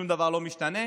שום דבר לא משתנה,